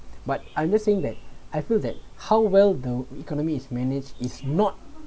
but I'm just saying that I feel that how well the economy is manage is not